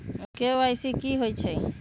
KYC कि होई छई?